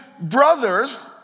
brothers